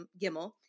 Gimmel